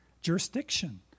jurisdiction